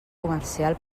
comercial